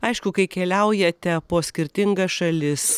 aišku kai keliaujate po skirtingas šalis